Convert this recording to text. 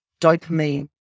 dopamine